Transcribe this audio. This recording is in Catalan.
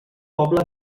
poble